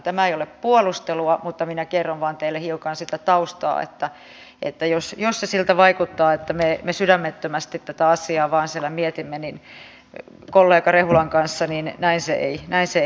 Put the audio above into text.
tämä ei ole puolustelua mutta minä kerron vain hiukan sitä taustaa että jos se siltä vaikuttaa että me sydämettömästi tätä asiaa mietimme kollega rehulan kanssa niin näin se ei ole